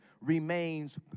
remains